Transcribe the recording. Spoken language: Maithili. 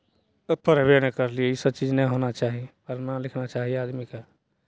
पढ़बे नहि करलियै ईसभ चीज नहि होना चाही पढ़ना लिखना चाही आदमीकेँ